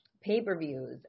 pay-per-views